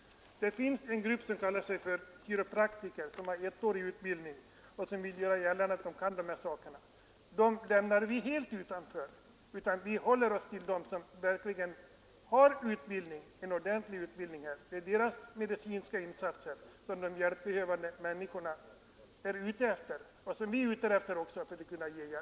Det finns en grupp som kallar sig kiropraktor. De har ettårig utbildning och vill göra gällande att de kan de här sakerna. Den gruppen lämnar vi helt utanför och håller oss till dem som har en ordentlig utbildning. Det är deras medicinska insatser som både de hjälpbehövande människorna och vi är ute efter.